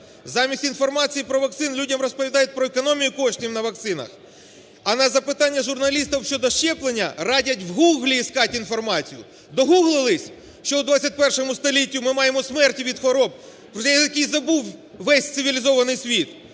замість інформації про вакцину людям розповідають про економію коштів на вакцинах, а на запитання журналістів щодо щеплення радять вGoogle искать інформацію. Догуглились, що в ХХІ столітті ми маємо смерті від хвороб, про які забув весь цивілізований світ.